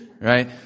right